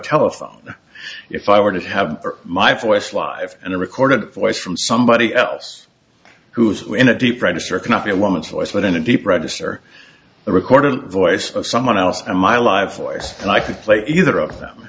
telephone if i were to have my voice live and a recorded voice from somebody else who's in a deep pressure cannot be a woman's voice but in a deep register the recorder the voice of someone else and my life force and i could play either of them